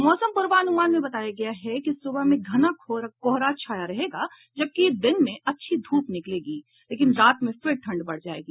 मौसम पूर्वानुमान में बताया गया है कि सुबह में घना कोहरा छाया रहेगा जबकि दिन में अच्छी धूप निकलेगी लेकिन रात में फिर ठंड बढ़ जायेगा